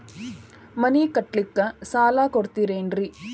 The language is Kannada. ಮನಿ ಕಟ್ಲಿಕ್ಕ ಸಾಲ ಕೊಡ್ತಾರೇನ್ರಿ?